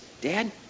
Dad